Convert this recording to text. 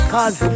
Cause